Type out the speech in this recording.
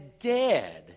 dead